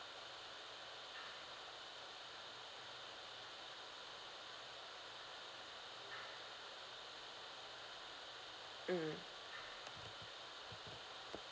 mm